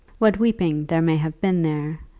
what weeping there may have been there,